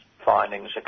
findings